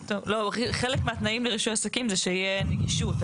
חלק מהתנאים לרישוי עסקים הוא שתהיה נגישות,